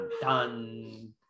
done